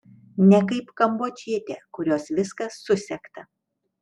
ne kaip kambodžietė kurios viskas susegta